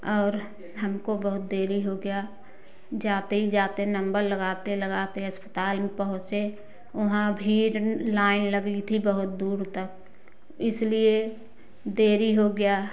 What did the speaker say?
और बहुत देरी हो गया जाते ही जाते नंबल लगाते लगाते अस्पताल में पहुँचे वहाँ भीड़ लाइन लगी थी बहुत दूर तक इसलिए देरी हो गया